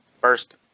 First